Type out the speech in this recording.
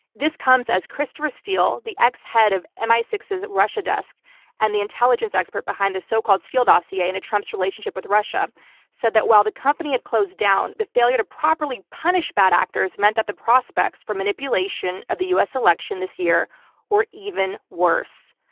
this comes as christopher steele, the ex-head of m i six zero s russia desk and the intelligence expert behind the so-called steele dossier and trump's relationship with russia said that while the company had closed down, the failure to properly punish bad actors meant that the prospects for manipulation of the us election this year were even worse.